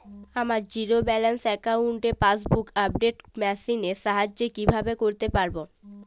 আমার zero balance অ্যাকাউন্টে passbook update machine এর সাহায্যে কীভাবে করতে পারব?